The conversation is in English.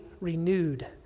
renewed